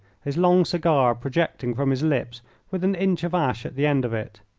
his long cigar projecting from his lips with an inch of ash at the end of it.